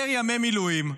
יותר ימי מילואים,